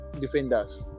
defenders